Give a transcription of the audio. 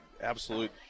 absolute